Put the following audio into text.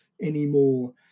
anymore